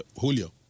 Julio